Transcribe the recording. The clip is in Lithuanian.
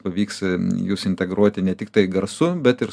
pavyks jus integruoti ne tiktai garsu bet ir